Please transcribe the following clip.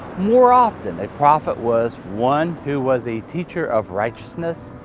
more often, a prophet was one who was a teacher of righteousness,